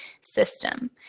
system